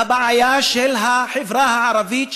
הגיע הזמן שהמשטרה תטפל בבעיה של החברה הערבית,